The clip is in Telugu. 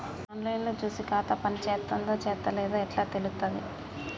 ఆన్ లైన్ లో చూసి ఖాతా పనిచేత్తందో చేత్తలేదో ఎట్లా తెలుత్తది?